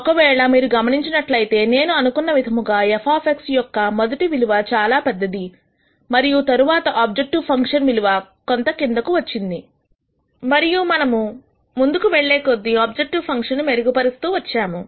ఒకవేళ మీరు గమనించినట్లయితే నేను అనుకున్న విధముగా f యొక్కమొదటి విలువ చాలా పెద్దది మరియు తర్వాత ఆబ్జెక్టివ్ ఫంక్షన్ విలువ కొంత కిందకు వచ్చింది మరియు మనం ముందుకు వెళ్లే కొద్దీ ఆబ్జెక్టివ్ ఫంక్షన్ ను మెరుగుపరుస్తూ వచ్చాము